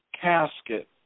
casket